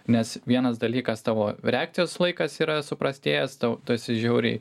nes vienas dalykas tavo reakcijos laikas yra suprastėjęs tau tu esi žiauriai